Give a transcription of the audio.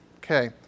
Okay